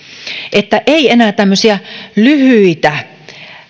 ei enää tämmöisiä lyhyitä